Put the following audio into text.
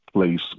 place